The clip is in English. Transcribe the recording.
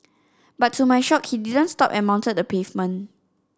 but to my shock he didn't stop and mounted the pavement